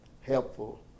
helpful